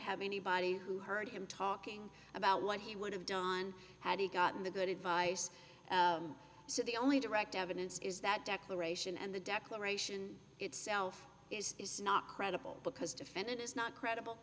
have anybody who heard him talking about what he would have done had he gotten the good advice so the only direct evidence is that declaration and the declaration itself is not credible because defendant is not credible